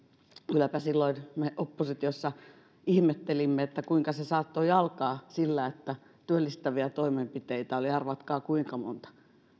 kylläpä silloin me oppositiossa ihmettelimme että kuinka se saattoi alkaa sillä että työllistäviä toimenpiteitä oli arvatkaa kuinka monta